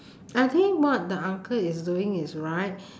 I think what the uncle is doing is right